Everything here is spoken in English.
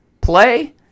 play